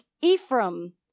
Ephraim